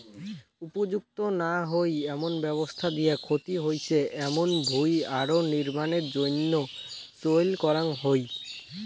উপযুক্ত না হই এমন ব্যবস্থা দিয়া ক্ষতি হইচে এমুন ভুঁই আরো নির্মাণের জইন্যে চইল করাঙ হই